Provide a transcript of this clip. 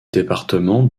département